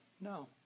no